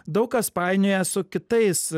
daug kas painioja su kitais